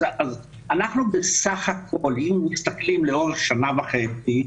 אז אנחנו בסך הכול, אם מסתכלים לאורך שנה וחצי,